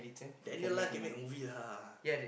Daniel life can make a movie lah